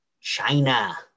China